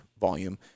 volume